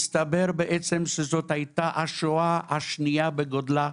מסתבר שזאת הייתה השואה השנייה בגודלה,